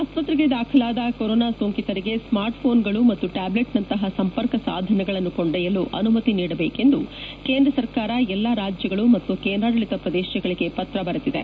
ಆಸ್ಪತ್ರೆಗೆ ದಾಖಲಾದ ಕೊರೊನಾ ಸೋಂಕಿತರಿಗೆ ಸ್ಮಾರ್ಟ್ ಫೋನ್ಗಳು ಮತ್ತು ಟ್ಯಾಬ್ವೆಟ್ನಂತಹ ಸಂಪರ್ಕ ಸಾಧನಗಳನ್ನು ಕೊಂಡೊಯ್ಯಲು ಅನುಮತಿ ನೀಡಬೇಕು ಎಂದು ಕೇಂದ್ರ ಸರ್ಕಾರ ಎಲ್ಲಾ ರಾಜ್ಯಗಳು ಮತ್ತು ಕೇಂದ್ರಾಡಳಿತ ಪ್ರದೇಶಗಳಿಗೆ ಪತ್ರ ಬರೆದಿದೆ